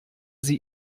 sie